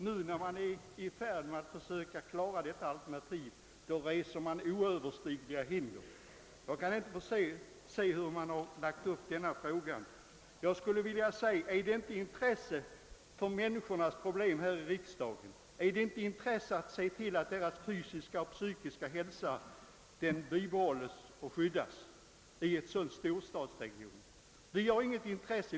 Nu när man är i färd med att försöka klara det alternativ som återstår, reser man oöverstigliga hinder. Jag skulle vilja ställa en fråga: Finns det inte något intresse för människornas problem här i riksdagen? Finns det inget intresse för att se till att deras fysiska och psykiska hälsa i en sådan storstadsregion vidmakthålls och skyddas?